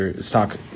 stock